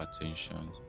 attention